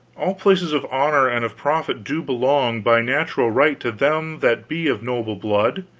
all places of honor and of profit do belong, by natural right, to them that be of noble blood,